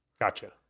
Gotcha